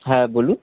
হ্যাঁ বলুন